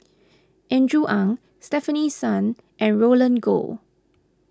Andrew Ang Stefanie Sun and Roland Goh